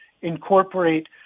incorporate